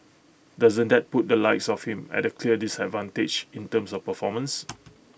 doesn't that put the likes of him at A clear disadvantage in terms of performance